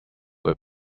were